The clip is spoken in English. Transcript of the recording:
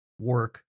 work